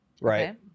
right